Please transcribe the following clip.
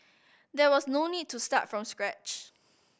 there was no need to start from scratch